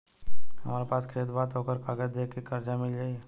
हमरा पास खेत बा त ओकर कागज दे के कर्जा मिल जाई?